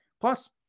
Plus